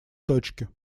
точки